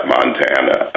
Montana